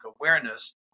awareness